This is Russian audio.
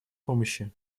помощи